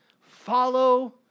follow